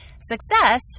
Success